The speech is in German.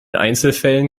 einzelfällen